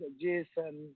Jason